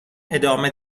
ادامه